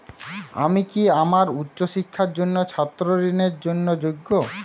আমি কি আমার উচ্চ শিক্ষার জন্য ছাত্র ঋণের জন্য যোগ্য?